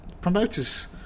promoters